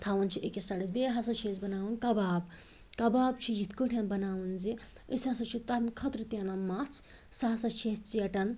تھاوان چھِ أکِس سایڈَس بیٚیہِ ہَسا چھِ أسۍ بناوان کباب کباب چھ یِتھ کٲٹھۍ بناوان زِ أسۍ ہَسا چھِ تَمہِ خٲطرٕ تہِ انان مَژھ سۄ ہَسا چھِ أسۍ ژیٹان